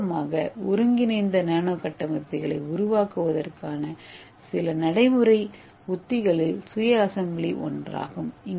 சுருக்கமாக ஒருங்கிணைந்த நானோ கட்டமைப்புகளை உருவாக்குவதற்கான சில நடைமுறை உத்திகளில் சுய அசெம்பிளி ஒன்றாகும்